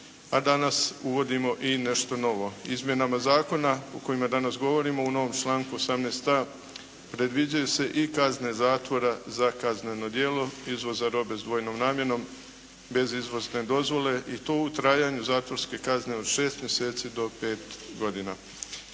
a danas uvodimo i nešto novo. Izmjenama zakona o kojima danas govorimo u novom članku 18.a predviđaju se i kazne zatvora za kazneno djelo izvoza robe s dvojnom namjenom bez izvozne dozvole i to u trajanju zatvorske kazne od 6 mjeseci do 5 godina.